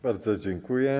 Bardzo dziękuję.